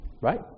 right